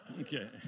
Okay